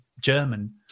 German